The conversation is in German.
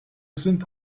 sind